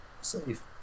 Safe